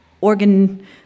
organ